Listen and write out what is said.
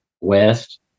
West